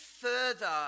further